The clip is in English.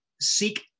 seek